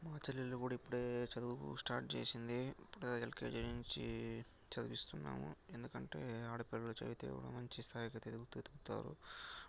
మా చెల్లెలు కూడా ఇప్పుడే చదువు స్టార్ట్ చేసింది ఇప్పుడే ఎల్కేజీ నుంచి చదివిస్తున్నాము ఎందుకంటే ఆడపిల్ల చదివితే మంచి స్థాయికి ఎదుగుతారు